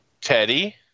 Teddy